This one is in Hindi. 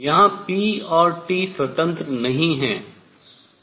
यहां p और T स्वतंत्र नहीं हैं